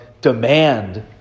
demand